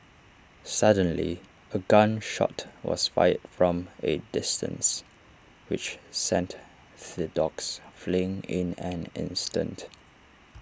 suddenly A gun shot was fired from A distance which sent the dogs fleeing in an instant